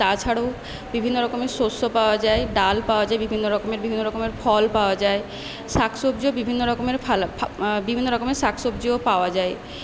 তাছাড়াও বিভিন্ন রকমের শস্য পাওয়া যায় ডাল পাওয়া যায় বিভিন্ন রকমের ফল পাওয়া যায় শাক সবজিও বিভিন্ন রকমের বিভিন্ন রকমের শাক সবজিও পাওয়া যায়